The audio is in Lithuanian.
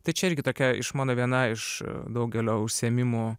tai čia irgi tokia iš mano viena iš daugelio užsiėmimų